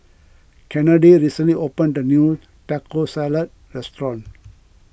Kennedy recently opened a new Taco Salad restaurant